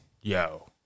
yo